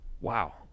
Wow